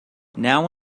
now